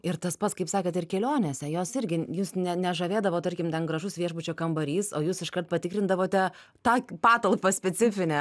ir tas pats kaip sakant ir kelionėse jos irgi jus ne nežavėdavo tarkim gan gražus viešbučio kambarys o jūs iškart patikrindavote tą patalpą specifinę